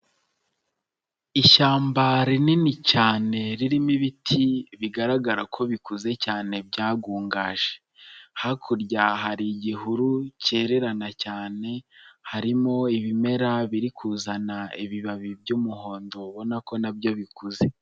Ishyamba rinini cyane ririmo ibiti bigaragara ko bikuze cyane byagungaje, hakurya hari igihuru cyererana cyane, harimo ibimera biri kuzana ibibabi by'umuhondo ubona ko nabyo bikuze.